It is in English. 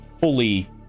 fully